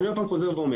אני עוד פעם חוזר ואומר,